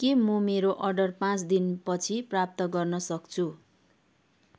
के म मेरो अर्डर पाँच दिन पछि प्राप्त गर्न सक्छु